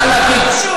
לא, זה לא קשור.